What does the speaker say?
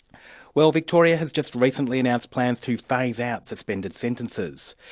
well victoria has just recently announced plans to phase out suspended sentences.